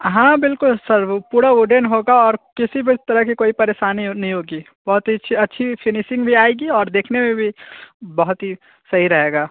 हाँ बिल्कुल सर वो पुरा वुडेन होगा और किसी भी तरह की कोई परेशानी नहीं होगी बहुत ही अच्छी फिनिसिंग भी आएगी और देखने में भी बहुत ही सही रहेगा